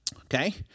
Okay